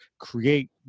create